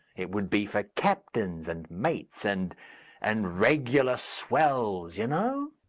it would be for captains and mates, and and regular swells, you know.